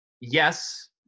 Yes